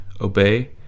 obey